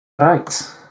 Right